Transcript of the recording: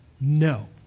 no